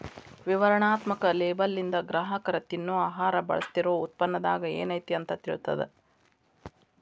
ವಿವರಣಾತ್ಮಕ ಲೇಬಲ್ಲಿಂದ ಗ್ರಾಹಕರ ತಿನ್ನೊ ಆಹಾರ ಬಳಸ್ತಿರೋ ಉತ್ಪನ್ನದಾಗ ಏನೈತಿ ಅಂತ ತಿಳಿತದ